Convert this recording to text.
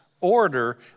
order